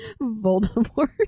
Voldemort